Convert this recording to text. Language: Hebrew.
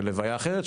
לוויה אחרת,